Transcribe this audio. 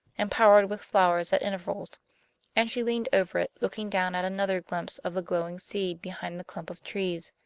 embowered with flowers at intervals and she leaned over it, looking down at another glimpse of the glowing sea behind the clump of trees,